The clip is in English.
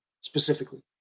specifically